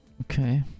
Okay